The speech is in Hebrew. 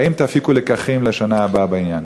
האם תפיקו לקחים לשנה הבאה בעניין?